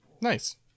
nice